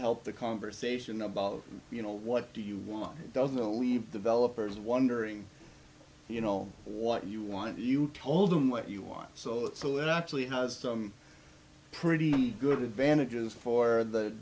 help the conversation about you know what do you want doesn't leave developers wondering you know what you want you tell them what you want so that so it actually has some pretty good advantages for the